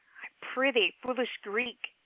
i prithee, foolish greek,